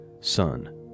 son